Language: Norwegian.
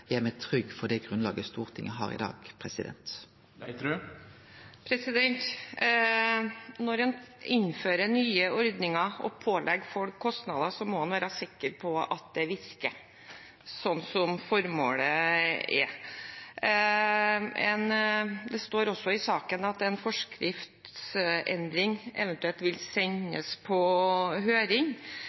gjer meg trygg på det grunnlaget som Stortinget har i dag. Når en innfører nye ordninger og pålegger folk kostnader, må en være sikker på at det virker slik formålet er. Det står også i saken at en forskriftsendring eventuelt vil sendes på